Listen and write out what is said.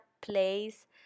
place